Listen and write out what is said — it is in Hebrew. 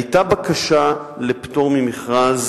היתה בקשה לפטור ממכרז